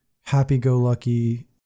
happy-go-lucky